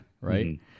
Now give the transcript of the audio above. right